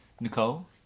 Nicole